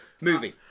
Movie